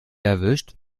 erwischt